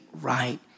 right